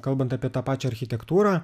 kalbant apie tą pačią architektūrą